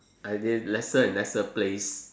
are they lesser and lesser place